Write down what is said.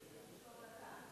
רבותי חברי הכנסת,